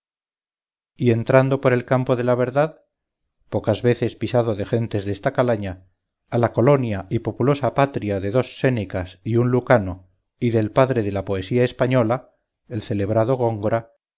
y entrando por el campo de la verdad pocas veces pisado de gente desta calaña a la colonia y populosa patria de dos sénecas y un lucano y del padre de la poesía española el celebrado góngora